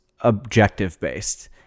objective-based